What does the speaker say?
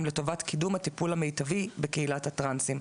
לטובת קידום הטיפול המיטבי בקהילת הטרנסים.